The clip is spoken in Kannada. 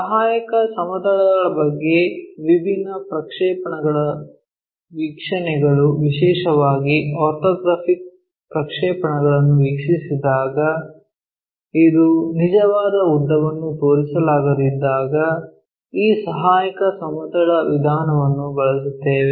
ಸಹಾಯಕ ಸಮತಲದ ಬಗ್ಗೆ ವಿಭಿನ್ನ ಪ್ರಕ್ಷೇಪಣಗಳ ವೀಕ್ಷಣೆಗಳು ವಿಶೇಷವಾಗಿ ಆರ್ಥೋಗ್ರಾಫಿಕ್ ಪ್ರಕ್ಷೇಪಣಗಳನ್ನು ವೀಕ್ಷಿಸಿದಾಗ ಇದು ನಿಜವಾದ ಉದ್ದವನ್ನು ತೋರಿಸಲಾಗದಿದ್ದಾಗ ಈ ಸಹಾಯಕ ಸಮತಲ ವಿಧಾನವನ್ನು ಬಳಸಿಕೊಳ್ಳುತ್ತೇವೆ